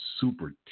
super